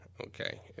Okay